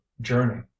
journey